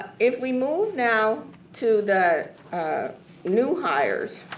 if we move now to the new hires,